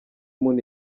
moon